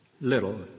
little